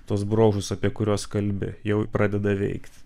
tuos bruožus apie kuriuos kalbi jau pradeda veikti